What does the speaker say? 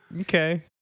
Okay